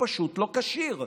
פשוט לא כשיר,